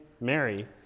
Mary